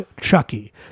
Chucky